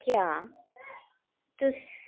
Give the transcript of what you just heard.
क्या तुस